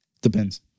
Depends